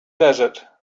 desert